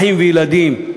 אחים וילדים,